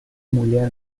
mulher